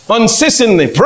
Unceasingly